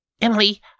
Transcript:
Emily